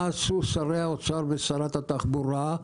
מה עשו שרי האוצר ושרת התחבורה?